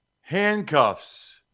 Handcuffs